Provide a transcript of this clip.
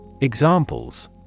Examples